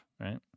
right